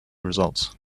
results